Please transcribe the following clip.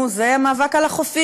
זה לא התפקיד שלו.